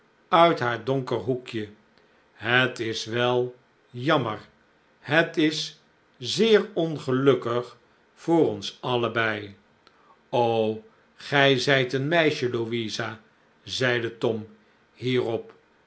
uit haar donker hoekje het is wel jammer het is zeer ongelukkig voor ons allebei o gij zijt een meisje louisa zeide tom hierop